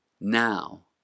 Now